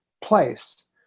place